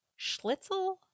Schlitzel